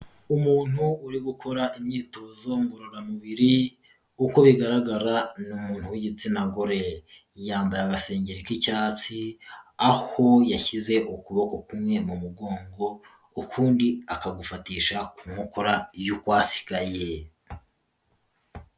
Umuntu uri gukora imyitozo ngororamubiri, uko bigaragara ni umuntu w'igitsina gore. Yambaye agasengeri k'icyatsi aho yashyize ukuboko kumwe mu mugongo, ukundi akagufatisha ku nkokora y'ukwasigaye.